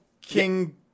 King